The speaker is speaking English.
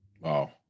Wow